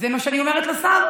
זה מה שאני אומרת לשר.